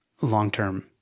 long-term